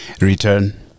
return